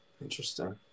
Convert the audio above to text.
Interesting